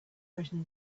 written